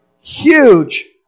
huge